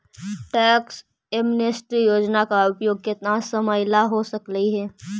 tax amnesty योजना का उपयोग केतना समयला हो सकलई हे